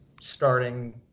starting